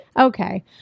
Okay